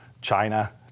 China